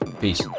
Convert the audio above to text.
Peace